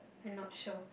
I'm not sure